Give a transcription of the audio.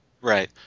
Right